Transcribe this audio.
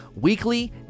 weekly